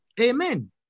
Amen